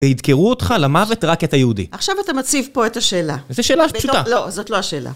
ידקרו אותך למוות רק כי אתה יהודי. עכשיו אתה מציב פה את השאלה. זו שאלה פשוטה. לא, זאת לא השאלה.